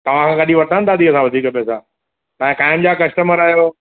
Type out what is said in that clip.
तव्हां खां कॾहिं वरिता आहिनि दादी असां वधीक पैसा तव्हां क़ाइमु जा कस्टमर आहियो